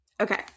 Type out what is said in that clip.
okay